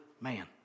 man